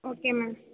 okay ma'am